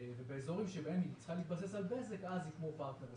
כשבאזורים שבהם היא צריכה להתבסס על בזק היא תהיה כמו פרטנר וסלקום.